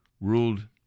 ruled